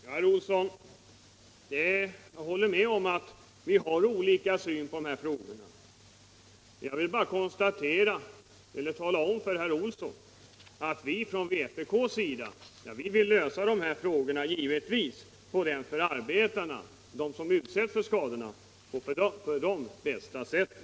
Herr talman! Jag håller med herr Olsson om att vi har olika syn på de här frågorna. Jag ville bara tala om för herr Olsson att vi från vpk:s sida givetvis vill lösa dessa frågor på det för arbetarna, dem som utsätts för skadorna, bästa sättet.